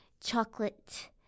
chocolate